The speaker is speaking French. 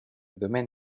domaine